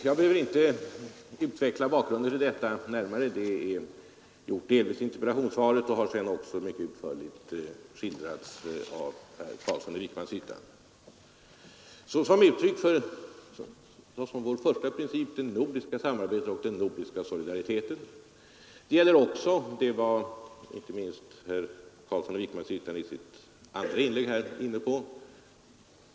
Jag behöver inte närmare utveckla bakgrunden — det är delvis gjort i interpellationssvaret, och sedan har herr Carlsson i Vikmanshyttan också utförligt skildrat Islands mycket beträngda läge. Såsom vår första princip gäller alltså det nordiska samarbetet och den nordiska solidariteten. Det var inte minst herr Carlsson i Vikmanshyttan i sitt andra inlägg här inne på.